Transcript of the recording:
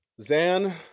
Zan